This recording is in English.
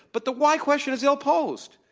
but the why? question is ill-posed,